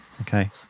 Okay